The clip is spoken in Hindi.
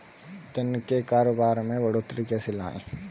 दिन के कारोबार में बढ़ोतरी कैसे लाएं?